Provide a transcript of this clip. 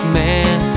man